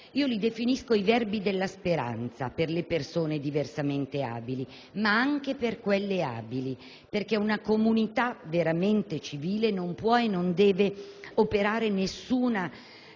Io li definisco i verbi della speranza per le persone diversamente abili, ma anche per quelle abili, perché una comunità veramente civile non può e non deve operare nessuna